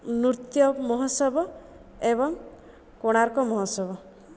ନୃତ୍ୟ ମହୋତ୍ସବ ଏବଂ କୋଣାର୍କ ମହୋତ୍ସବ